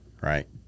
right